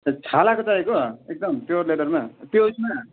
छालाको चाहिएको एकदम प्युर लेदरमा त्यो उसमा